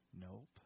Nope